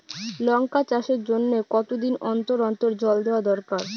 লঙ্কা চাষের জন্যে কতদিন অন্তর অন্তর জল দেওয়া দরকার?